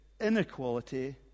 inequality